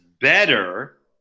better